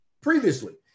previously